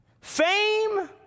fame